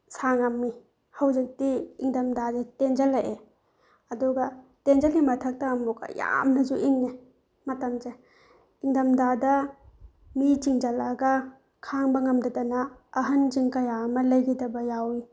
ꯁꯥꯡꯉꯝꯃꯤ ꯍꯧꯖꯤꯛꯇꯤ ꯏꯪꯊꯝ ꯊꯥꯁꯦ ꯇꯦꯟꯁꯤꯜꯂꯑꯦ ꯑꯗꯨꯒ ꯇꯦꯟꯁꯤꯜꯂꯤ ꯃꯊꯛꯇ ꯑꯃꯨꯛꯀ ꯌꯥꯝꯅꯁꯨ ꯏꯪꯏ ꯃꯇꯝꯁꯦ ꯏꯪꯊꯝ ꯊꯥꯗ ꯃꯤ ꯆꯤꯡꯁꯤꯜꯂꯒ ꯈꯥꯡꯕ ꯉꯝꯗꯗꯅ ꯑꯍꯜꯁꯤꯡ ꯀꯌꯥ ꯑꯃ ꯂꯩꯈꯤꯗꯕ ꯌꯥꯎꯏ